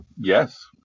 Yes